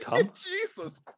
Jesus